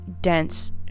dense